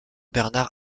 bernard